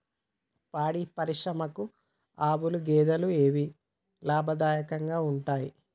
పాడి పరిశ్రమకు ఆవుల, గేదెల ఏవి లాభదాయకంగా ఉంటయ్?